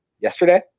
yesterday